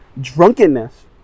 drunkenness